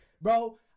Bro